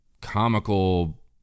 comical